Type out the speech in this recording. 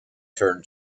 turned